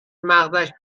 مغزش